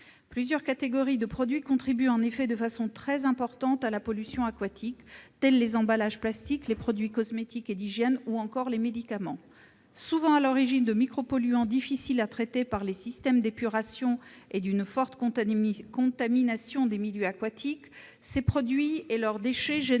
plusieurs catégories de produits contribuent de façon très importante à la pollution aquatique, tels les emballages plastiques, les produits cosmétiques et d'hygiène ou encore les médicaments. Souvent à l'origine de micropolluants difficiles à traiter par les systèmes d'épuration et d'une forte contamination des milieux aquatiques, ces produits et leurs déchets génèrent